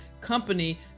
company